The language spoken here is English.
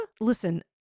Listen